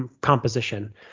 composition